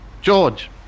George